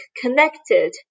connected